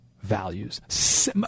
values